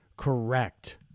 Correct